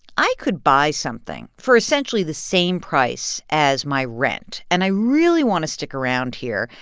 i could buy something for, essentially, the same price as my rent. and i really want to stick around here.